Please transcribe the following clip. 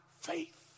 faith